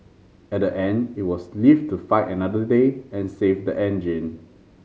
at the end it was live to fight another day and save the engine